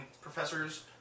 professors